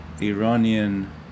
Iranian